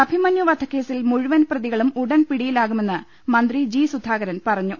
അഭിമന്യു വധക്കേസിൽ മുഴുവൻ പ്രതികളും ഉടൻ പിടിയിലാ കുമെന്ന് മന്ത്രി ജി സുധാകരൻ പറഞ്ഞു